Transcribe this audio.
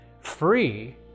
free